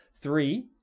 Three